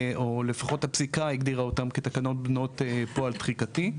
או לפחות הפסיקה הגדירה אותן כתקנות בנות פועל דחיקתי.